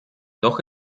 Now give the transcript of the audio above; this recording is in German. doch